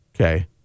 Okay